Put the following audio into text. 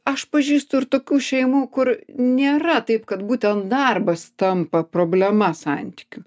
aš pažįstu ir tokių šeimų kur nėra taip kad būtent darbas tampa problema santykių